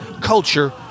culture